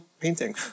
painting